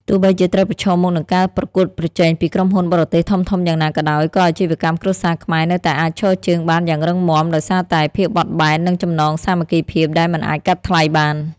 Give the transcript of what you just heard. ទោះបីជាត្រូវប្រឈមមុខនឹងការប្រកួតប្រជែងពីក្រុមហ៊ុនបរទេសធំៗយ៉ាងណាក៏ដោយ ក៏អាជីវកម្មគ្រួសារខ្មែរនៅតែអាចឈរជើងបានយ៉ាងរឹងមាំ ដោយសារតែភាពបត់បែន និងចំណងសាមគ្គីភាពដែលមិនអាចកាត់ថ្លៃបាន។